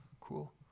Cool